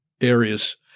areas